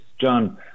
John